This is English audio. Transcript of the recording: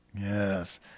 Yes